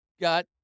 got